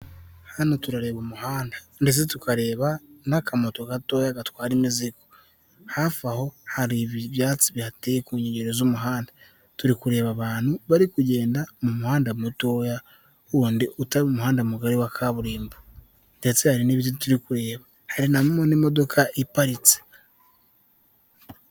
Hano turareba umuhanda ndetse tukareba n'akamoto gatoya gatwara imizi, hafi aho hari ibyatsi byateye ku nkengero z'umuhanda, turi kureba abantu bari kugenda m'umuhanda mutoya w'undi utari umuhanda mugari wa kaburimbo, ndetse hari n'ibiti turi kureba hari n'imodoka iparitse.